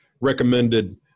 recommended